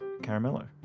Caramello